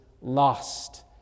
lost